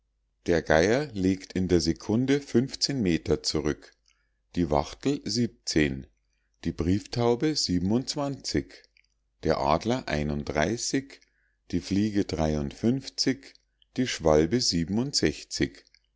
der geier legt in der sekunde meter zurück die wachtel die brieftaube der adler die fliege die schwalbe